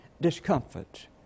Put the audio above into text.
discomfort